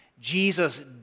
Jesus